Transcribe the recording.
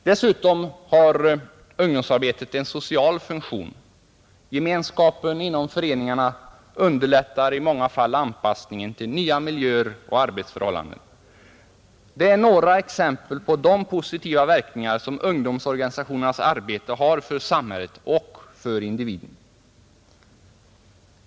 Dessutom har ungdomsarbetet en social funktion. Gemenskapen inom föreningarna underlättar i många fall anpassningen till nya miljöer och arbetsförhållanden, Det är några exempel på de positiva verkningar som ungdomsorganisationernas arbete har för samhället och individen.